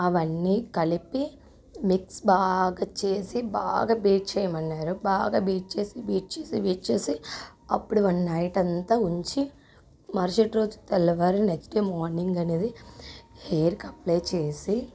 అవన్నీ కలిపి మిక్స్ బాగా చేసి బాగా బీట్ చేయమన్నారు బాగా బీట్ చేసి బీట్ చేసి బీట్ చేసి అప్పుడు వన్ నైట్ అంతా ఉంచి మరుసటి రోజు తెల్లవారిన నెక్స్ట్ డే మార్నింగ్ అనేది హెయిర్కి అప్లై చేసి